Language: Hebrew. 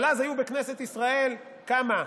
אבל אז היו בכנסת ישראל, כמה?